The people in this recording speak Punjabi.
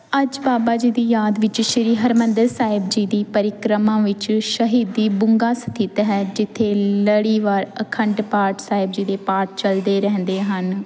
ਅੱਜ ਬਾਬਾ ਜੀ ਦੀ ਯਾਦ ਵਿੱਚ ਸ਼੍ਰੀ ਹਰਿਮੰਦਰ ਸਾਹਿਬ ਜੀ ਦੀ ਪਰਿਕਰਮਾ ਵਿੱਚ ਸ਼ਹੀਦੀ ਬੁੰਗਾ ਸਥਿਤ ਹੈ ਜਿੱਥੇ ਲੜੀਵਾਰ ਅਖੰਡ ਪਾਠ ਸਾਹਿਬ ਜੀ ਦੇ ਪਾਠ ਚਲਦੇ ਰਹਿੰਦੇ ਹਨ